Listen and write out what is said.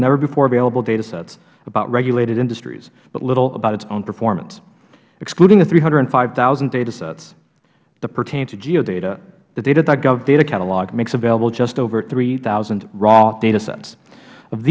never before available data sets about regulated industries but little about its own performance excluding the three hundred and five thousand datasets that pertain to geodata the data gov data catalog makes available just over three thousand raw datasets of